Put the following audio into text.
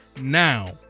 now